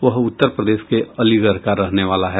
वह उत्तर प्रदेश के अलीगढ़ का रहने वाला है